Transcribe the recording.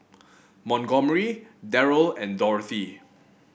Montgomery Deryl and Dorothy